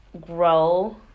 grow